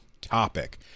topic